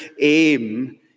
aim